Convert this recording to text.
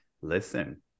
listen